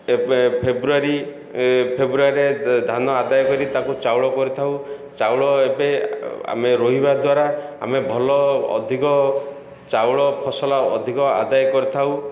ଏବେ ଫେବୃଆରୀ ଫେବୃଆରୀରେ ଧାନ ଆଦାୟ କରି ତାକୁ ଚାଉଳ କରିଥାଉ ଚାଉଳ ଏବେ ଆମେ ରୋଇବା ଦ୍ୱାରା ଆମେ ଭଲ ଅଧିକ ଚାଉଳ ଫସଲ ଅଧିକ ଆଦାୟ କରିଥାଉ